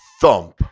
thump